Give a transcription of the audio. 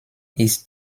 ist